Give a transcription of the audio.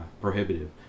prohibitive